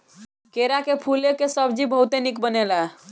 केरा के फूले कअ सब्जी बहुते निक बनेला